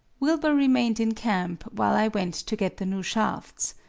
wilbur remained in camp while i went to get the new shafts.